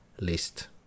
list